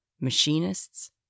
machinists